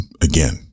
again